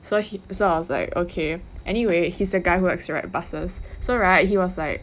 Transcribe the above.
so he so I was like okay anyway he's the guy who likes to ride buses so [right] he was like